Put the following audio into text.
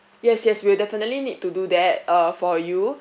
yes yes we'll definitely need to do that uh for you